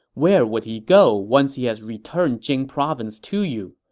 where would he go once he has returned jing province to you?